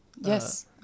Yes